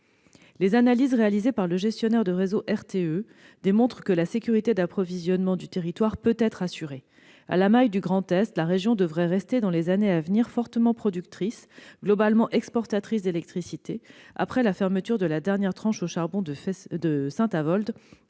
Les analyses réalisées par le gestionnaire du réseau de transport d'électricité- RTE -démontrent que la sécurité d'approvisionnement du territoire peut être assurée. À la maille du Grand Est, la région devrait rester, dans les années à venir, fortement productrice et globalement exportatrice d'électricité, y compris après la fermeture de la dernière tranche au charbon de Saint-Avold